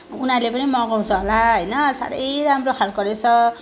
उनीहरूले पनि मगाउँछ होला होइन साह्रै राम्रो खालको रहेछ